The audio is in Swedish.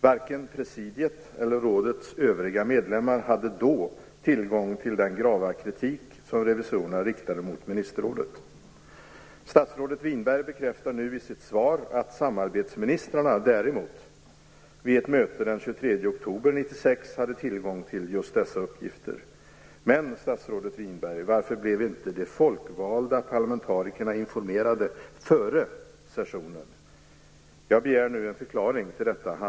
Varken presidiet eller rådets övriga medlemmar hade då tillgång till den grava kritik som revisorerna riktade mot ministerrådet. Statsrådet Winberg bekräftar nu i sitt svar att samarbetsministrarna däremot vid ett möte den 23 oktober 1996 hade tillgång till just dessa uppgifter. Men, statsrådet Winberg, varför blev inte de folkvalda parlamentarikerna informerade före sessionen? Jag begär nu en förklaring till det.